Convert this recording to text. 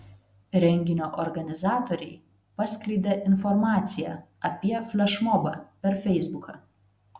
renginio organizatoriai paskleidė informaciją apie flešmobą per feisbuką